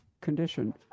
condition